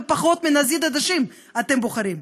בפחות מנזיד עדשים את מוכרים,